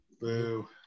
boo